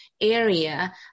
area